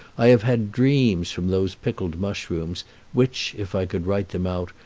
i have had dreams from those pickled mushrooms which, if i could write them out,